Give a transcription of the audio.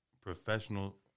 professional